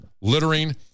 littering